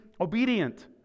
obedient